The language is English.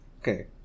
Okay